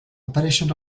apareixen